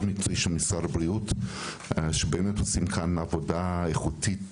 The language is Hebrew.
מקצועי של משרד הבריאות שבאמת עושים כאן עבודה איכותית,